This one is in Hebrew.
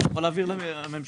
שאתה יכול להעביר לממשלה.